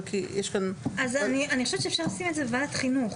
אני חושבת שאפשר לשים את זה בוועדת החינוך.